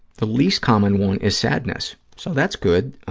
the least common one is sadness, so that's good.